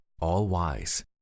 all-wise